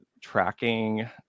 tracking